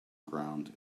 ground